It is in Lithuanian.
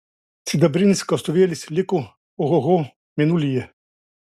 sidabrinis kastuvėlis liko ohoho mėnulyje